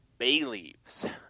Bayleaves